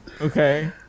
okay